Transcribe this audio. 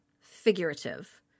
figurative